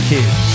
Kids